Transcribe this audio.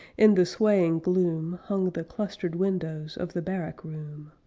in the swaying gloom hung the clustered windows of the barrack-room.